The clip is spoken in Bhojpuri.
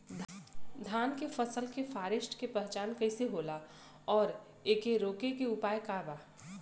धान के फसल के फारेस्ट के पहचान कइसे होला और एके रोके के उपाय का बा?